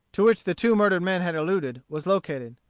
to which the two murdered men had alluded, was located.